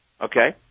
Okay